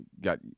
got